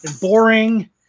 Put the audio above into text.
boring